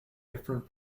different